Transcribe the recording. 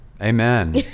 Amen